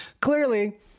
clearly